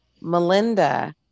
Melinda